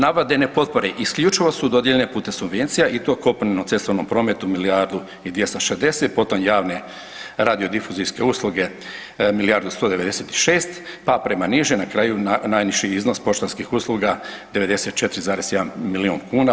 Navedene potpore isključivo su dodijeljene putem subvencija i to kopneno-cestovnom prometu milijardu i 260, potom javne radio difuzijske usluge milijardu 196, pa prema nižem na kraju najniži iznos poštanskih usluga 94,1 milijun kuna.